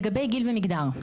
לגבי גיל ומגדר,